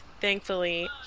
thankfully